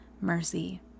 mercy